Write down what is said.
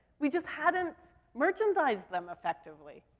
we just hadn't merchandised them effectively.